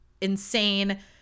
insane